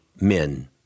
men